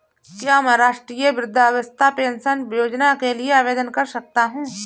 क्या मैं राष्ट्रीय वृद्धावस्था पेंशन योजना के लिए आवेदन कर सकता हूँ?